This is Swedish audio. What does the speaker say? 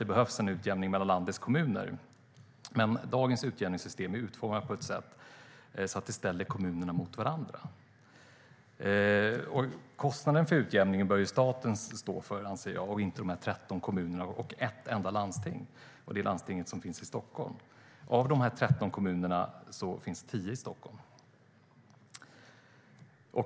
Det behövs en utjämning mellan landets kommuner, men dagens utjämningssystem är utformat på ett sätt som ställer kommunerna mot varandra. Kostnaden för utjämningen bör staten stå för, inte de 13 kommunerna och ett enda landsting. Det är landstinget som finns i Stockholm. Av de 13 kommunerna finns 10 i Stockholm.